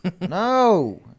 No